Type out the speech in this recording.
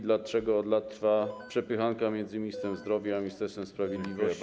Dlaczego od lat trwa przepychanka między ministrem zdrowia a Ministerstwem Sprawiedliwości.